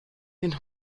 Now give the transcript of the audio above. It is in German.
den